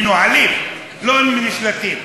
מנוהלים, לא נשלטים.